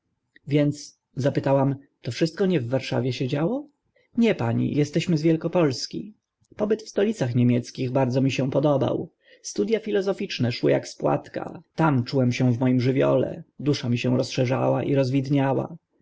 więc zapytałam to wszystko nie w warszawie się działo nie pani esteśmy z wielkopolski pobyt w stolicach niemieckich bardzo mi się podobał studia filozoficzne szły ak z płatka tam czułem się w moim żywiole dusza mi się rozszerzała i rozwidniała